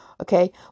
Okay